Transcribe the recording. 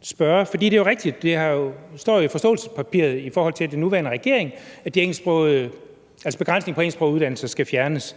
spørge – for det er jo rigtig, at det står i forståelsespapiret for den nuværende regering, at begrænsningerne på engelsksprogede uddannelser skal fjernes